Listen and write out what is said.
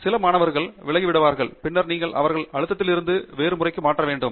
சில மாணவர்கள் விலகிவிடுவார்கள் பின்னர் நீங்கள் அவர்களை அழுத்தத்தில் இருந்து வேறு முறைக்கு மாற்ற வேண்டும்